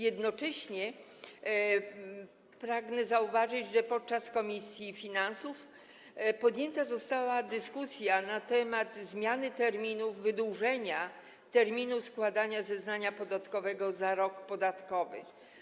Jednocześnie pragnę zauważyć, że podczas obrad komisji finansów podjęta została dyskusja na temat zmiany terminu, wydłużenia terminu składania zeznania podatkowego za rok podatkowy.